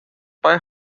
bei